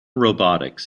robotics